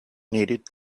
needed